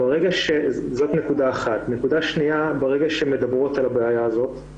נקודה שנייה ברגע שמדברות על הבעיה הזאת,